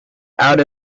out